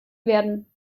werden